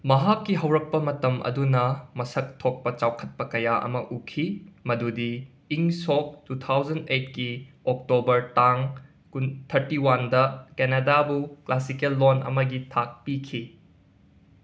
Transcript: ꯃꯍꯥꯛꯀꯤ ꯍꯧꯔꯛꯄ ꯃꯇꯝ ꯑꯗꯨꯅ ꯃꯁꯛ ꯊꯣꯛꯄ ꯆꯥꯎꯈꯠꯄ ꯀꯌꯥ ꯑꯃ ꯎꯈꯤ ꯃꯗꯨꯗꯤ ꯏꯪ ꯁꯣꯛ ꯇꯨ ꯊꯥꯎꯖꯟ ꯑꯩꯠꯀꯤ ꯑꯣꯛꯇꯣꯕꯔ ꯇꯥꯡ ꯀꯨꯟ ꯊꯔꯇꯤ ꯋꯥꯟꯗ ꯀꯦꯅꯥꯗꯥꯕꯨ ꯀ꯭ꯂꯥꯁꯤꯀꯦꯜ ꯂꯣꯟ ꯑꯃꯒꯤ ꯊꯥꯛ ꯄꯤꯈꯤ